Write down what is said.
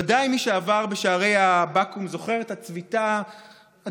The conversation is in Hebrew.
ודאי מי שעבר בשערי הבקו"ם זוכר את הצביטה הדי-כואבת,